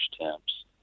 temps